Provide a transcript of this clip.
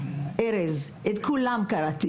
ארז כולם יודעים